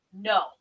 No